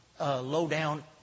low-down